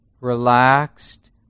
relaxed